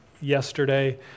yesterday